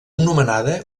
nomenada